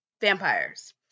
Vampires